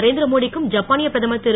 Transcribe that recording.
நரேந்திர மோடி க்கும் ஜப்பானியப் பிரதமர் திரு